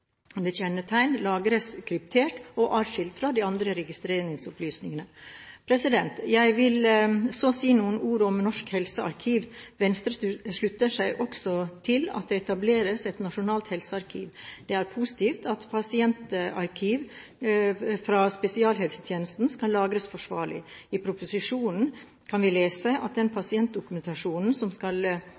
personidentifiserende kjennetegn lagres kryptert og atskilt fra de andre registeropplysningene. Jeg vil så si noen ord om Norsk helsearkiv. Venstre slutter seg også til at det etableres et nasjonalt helsearkiv. Det er positivt at pasientarkiv fra spesialisthelsetjenesten skal lagres forsvarlig. I proposisjonen kan vi lese at den pasientdokumentasjonen som skal